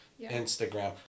Instagram